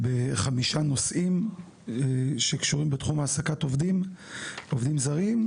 בחמישה נושאים שקשורים בתחום העסקת עובדים זרים,